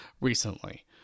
recently